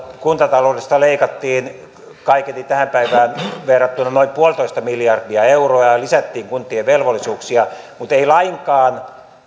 kuntataloudesta leikattiin kaiketi tähän päivään verrattuna noin yksi pilkku viisi miljardia euroa ja lisättiin kuntien velvollisuuksia mutta ei lainkaan